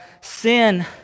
sin